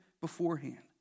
beforehand